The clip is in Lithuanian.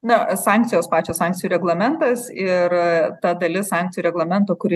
na sankcijos pačios sankcijų reglamentas ir ta dalis sankcijų reglamento kuri